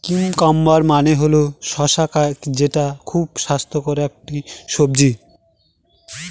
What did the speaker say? cucumber মানে হল শসা যেটা খুবই স্বাস্থ্যকর একটি সবজি